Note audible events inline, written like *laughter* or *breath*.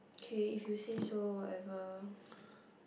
okay if you say so whatever *breath*